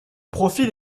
profil